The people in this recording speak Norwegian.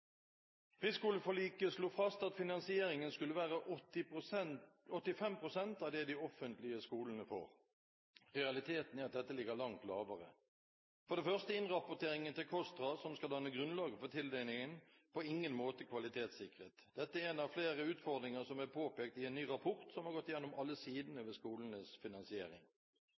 Friskoleforliket slo fast at finansieringen skulle være 85 pst. av det de offentlige skolene får. Realiteten er at dette ligger langt lavere. For det første er innrapporteringen til KOSTRA, som skal danne grunnlaget for tildelingen, på ingen måte kvalitetssikret. Dette er en av flere utfordringer som er påpekt i en ny rapport som har gått igjennom alle sidene ved skolenes finansiering.